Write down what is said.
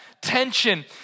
tension